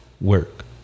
work